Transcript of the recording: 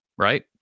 Right